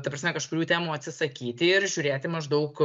ta prasme kažkurių temų atsisakyti ir žiūrėti maždaug